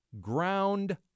Ground